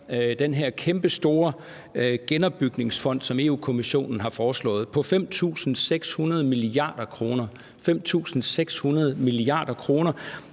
den her kæmpestore genopbygningsfond, som Europa-Kommissionen har foreslået på 5.600 mia. kr. – 5.600 mia. kr.